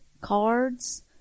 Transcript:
cards